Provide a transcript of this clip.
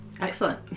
Excellent